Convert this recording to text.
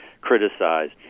criticized